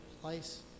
place